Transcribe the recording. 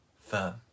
firm